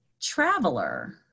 traveler